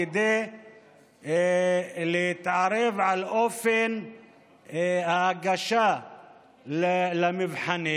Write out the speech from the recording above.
כדי להתערב באופן ההגשה למבחנים.